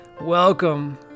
welcome